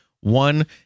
One